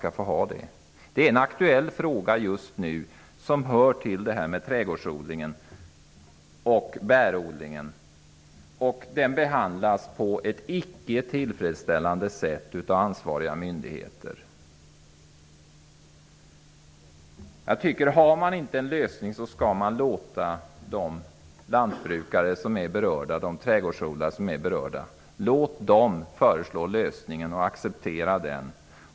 Detta är just nu en aktuell fråga som hör samman med trädgårds och bärodlingen. Den behandlas av ansvariga myndigheter på ett icke tillfredsställande sätt. Om man inte har en lösning skall man låta de berörda trädgårdsodlarna föreslå lösningarna och sedan acceptera dessa.